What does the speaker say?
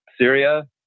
Syria